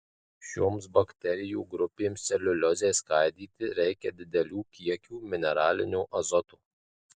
šioms bakterijų grupėms celiuliozei skaidyti reikia didelių kiekių mineralinio azoto